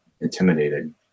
intimidated